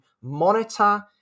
monitor